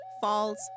falls